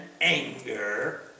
anger